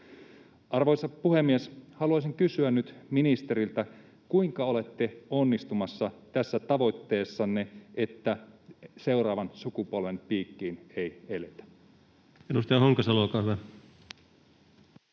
Arvoisa puhemies! Haluaisin kysyä nyt ministeriltä: kuinka olette onnistumassa tässä tavoitteessanne, että seuraavan sukupolven piikkiin ei eletä?